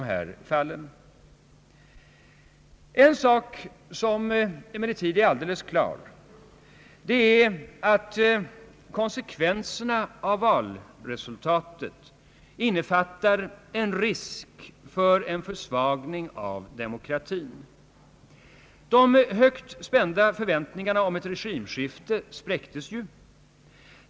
En sak som emellertid är alldeles klar är att konsekvenserna av valresultatet innefattar risk för en försvagning av demokratin. De högt spända förväntningarna om ett regimskifte spräcktes ju.